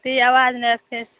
एतय आवाज़ नहि छै